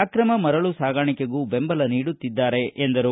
ಆಕ್ರಮ ಮರಳು ಸಾಗಾಣಿಕೆಗೂ ಬೆಂಬಲ ನೀಡುತ್ತಿದ್ದಾರೆ ಎಂದರು